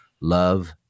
Love